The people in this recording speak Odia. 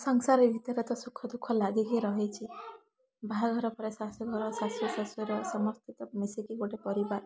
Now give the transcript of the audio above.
ସଂସାର ଭିତରେ ତ ସୁଖଦୁଖଃ ଲାଗିକି ରହିଛି ବାହାଘର ପରେ ଶାଶୁଘର ଶାଶୁ ଶଶୁର ସମସ୍ତେ ତ ମିଶିକି ଗୋଟେ ପରିବାର